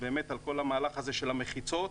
על המהלך הזה של המחיצות,